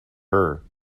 her